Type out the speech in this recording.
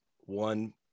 One